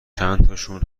چندتاشون